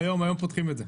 היום פותחים את זה.